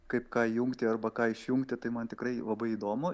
kaip ką jungti arba ką išjungti tai man tikrai labai įdomu